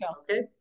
Okay